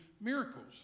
miracles